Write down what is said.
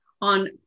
on